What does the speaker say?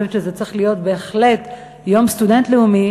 אני חושבת שזה צריך להיות בהחלט יום סטודנט לאומי,